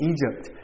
Egypt